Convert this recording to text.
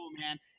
man